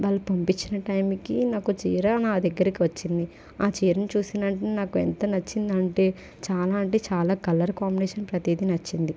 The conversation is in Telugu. వాళ్ళు పంపించిన టైంకి నాకు చీర నా దగ్గరకి వచ్చింది ఆ చీరను చూసిన వెంటనే నాకు ఎంత నచ్చింది అంటే చాలా అంటే చాలా కలర్ కాంబినేషన్ ప్రతీదీ నచ్చింది